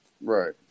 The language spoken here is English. Right